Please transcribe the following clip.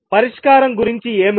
పరిష్కారం గురించి ఏమిటి